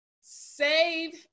Save